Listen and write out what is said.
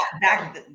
back